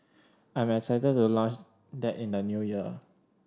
I am excited to launch that in the New Year